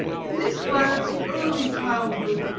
in this lad's early childhood,